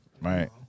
Right